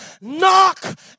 Knock